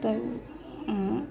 तऽ